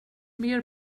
mer